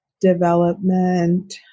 development